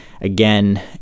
again